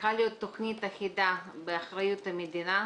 צריכה להיות תוכנית אחידה באחריות המדינה,